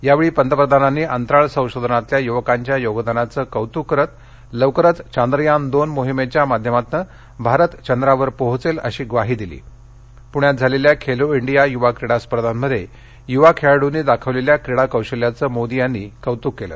यावेळी पंतप्रधानांनी अंतराळ संशोधनातल्या युवकांच्या योगदानाचं कौतूक करत लवकरच चांद्रयान दोन मोहिमेच्या माध्यमातनं भारत चंद्रावर पोहोचेल अशी ग्वाही दिली पृण्यात झालेल्या खेलो इंडिया युवा क्रीडास्पर्धांमध्ये युवा खेळाडुंनी दाखवलेल्या क्रीडा कौशल्याचं मोदी यांनी यावेळी कौतुक केलं